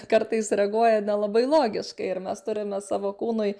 kartais reaguoja nelabai logiškai ir mes turime savo kūnui